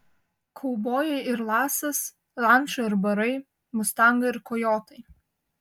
kaubojai ir lasas ranča ir barai mustangai ir kojotai